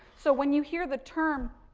so, when you hear the term,